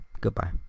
Goodbye